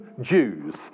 Jews